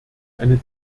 eine